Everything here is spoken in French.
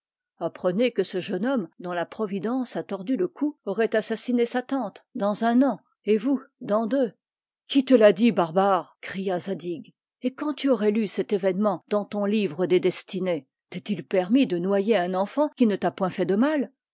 apprenez que ce jeune homme dont la providence a tordu le cou aurait assassiné sa tante dans un an et vous dans deux qui te l'a dit barbare cria zadig et quand tu aurais lu cet événement dans ton livre des destinées t'est-il permis de noyer un enfant qui ne t'a point fait de mal